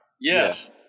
Yes